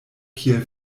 kiel